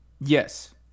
Yes